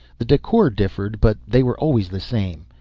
the decor differed but they were always the same.